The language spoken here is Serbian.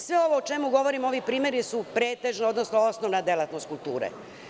Sve ovo o čemu govorim, ovi primeri su pretežno, odnosno osnovna delatnost kulture.